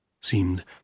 seemed